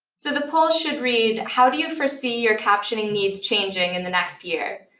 so the poll should read, how do you foresee your captioning needs changing in the next year?